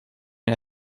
une